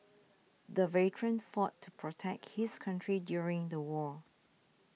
the veteran fought to protect his country during the war